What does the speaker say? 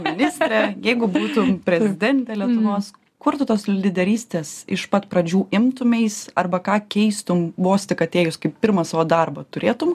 ministre jeigu būtum prezidentė lietuvos kur tu tos lyderystės iš pat pradžių imtumeis arba ką keistum vos tik atėjus kaip pirmą savo darbą turėtum